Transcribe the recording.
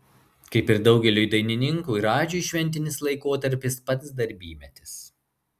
kaip ir daugeliui dainininkų radžiui šventinis laikotarpis pats darbymetis